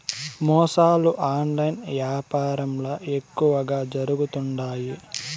మోసాలు ఆన్లైన్ యాపారంల ఎక్కువగా జరుగుతుండాయి